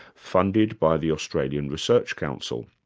funded by the australian research council.